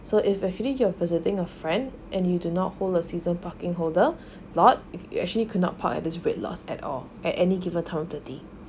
so if actually you're visiting a friend and you do not hold a season parking holder lot you you actually could not park at these red lots at all at any given time of the day